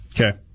Okay